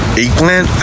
eggplant